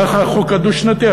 ככה החוק הדו-שנתי.